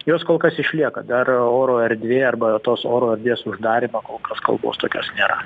jos kol kas išlieka dar oro erdvė arba tos oro erdvės uždarymą kol kas kalbos tokios nėra